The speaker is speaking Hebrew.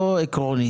לא עקרונית.